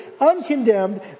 uncondemned